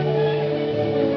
or